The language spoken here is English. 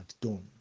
done